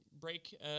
break